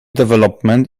development